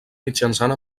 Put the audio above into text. mitjançant